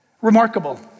Remarkable